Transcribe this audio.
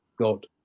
God